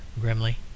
grimly